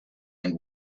and